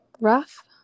rough